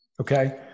Okay